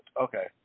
okay